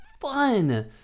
fun